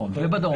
ובדרום.